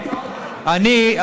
אני,